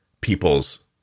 people's